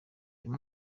uyu